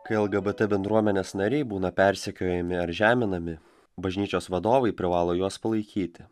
kai lgbt bendruomenės nariai būna persekiojami ar žeminami bažnyčios vadovai privalo juos palaikyti